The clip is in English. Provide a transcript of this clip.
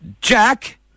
Jack